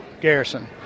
garrison